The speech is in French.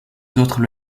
d’autres